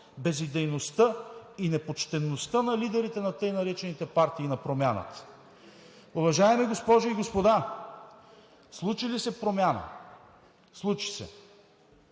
безидейността и непочтеността на лидерите на така наречените партии на промяната. Уважаеми госпожи и господа, случи ли се промяна? Случи се,